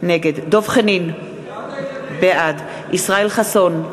נגד דב חנין, בעד ישראל חסון,